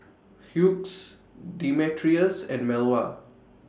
Hughes Demetrius and Melva